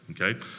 okay